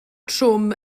trwm